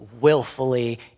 willfully